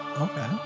okay